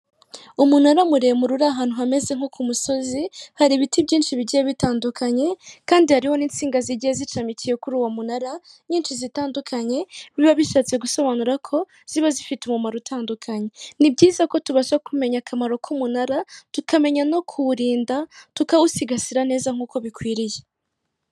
Umunara muremure uri ahantu hameze nko ku musozi, hari ibiti byinshi bigiye bitandukanye kandi hariho n'insinga zigiye zishamikiye kuri uwo munara nyinshi zitandukanye, biba bishatse gusobanura ko ziba zifite umumaro utandukanye, ni byiza ko tubasha kumenya akamaro k'umunara, tukamenya no kuwurinda, tukawusigasira neza nk'uko bikwiriye.